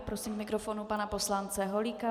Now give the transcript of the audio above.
Prosím k mikrofonu pana poslance Holíka.